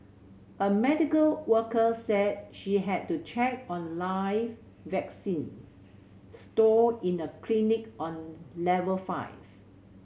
a medical worker said she had to check on live vaccine stored in a clinic on level five